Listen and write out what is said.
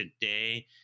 today